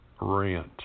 rent